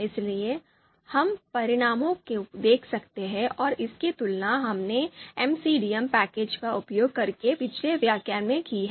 इसलिए हम परिणामों को देख सकते हैं और इसकी तुलना हमने MCDA पैकेज का उपयोग करके पिछले व्याख्यान में की है